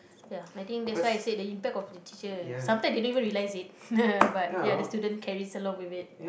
ya I think that's why I said the impact of the teacher sometimes they don't even realise it but ya the student carries along with it